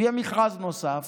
יהיה מכרז נוסף